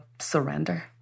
surrender